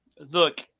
Look